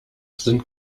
sind